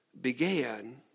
began